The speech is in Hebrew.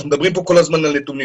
אנחנו מדברים פה כל הזמן על נתונים.